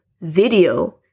video